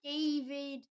David